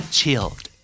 Chilled